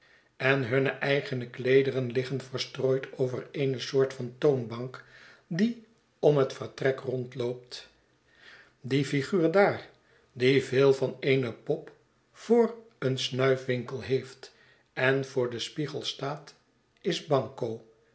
en hunne eigene kleederen liggen verstrooid over eene soort van toonbank die om het vertrek rondloopt die figuur daar die veel van eene pop voor een snuifwinkel heeft en voor den spiegel staat is